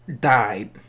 died